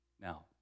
Now